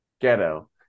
Ghetto